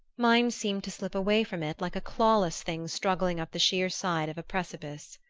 mine seemed to slip away from it, like a clawless thing struggling up the sheer side of a precipice.